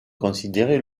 considérer